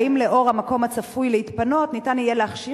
האם לאור המקום הצפוי להתפנות יהיה אפשר להכשיר